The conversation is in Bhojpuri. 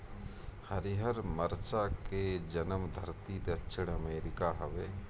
हरिहर मरचा के जनमधरती दक्षिण अमेरिका हवे